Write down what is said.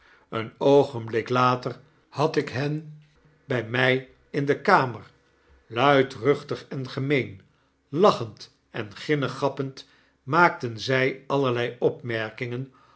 een oogenblik later had ik hen bij mij in de kamer luidruchtig en gemeen lachend en ginnegappend maakten zij allerlei opmerkingen